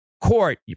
court